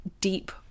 deep